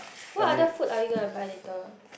what other food are you gonna buy later